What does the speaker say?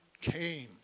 came